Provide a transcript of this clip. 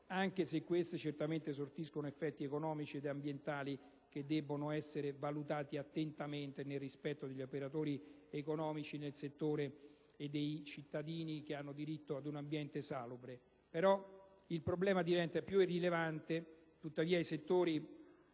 anche se queste certamente sortiscono effetti economici ed ambientali che debbono essere valutati attentamente nel rispetto degli operatori economici del settore e dei cittadini che hanno diritto ad un ambiente salubre. Il problema diventa più rilevante in settori